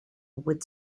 with